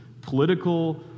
political